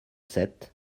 sept